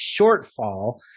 shortfall